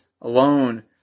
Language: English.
alone